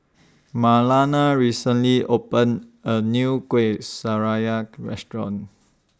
Marlana recently opened A New Kueh Restaurant